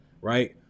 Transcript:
Right